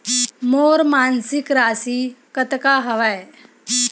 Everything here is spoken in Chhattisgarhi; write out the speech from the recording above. मोर मासिक राशि कतका हवय?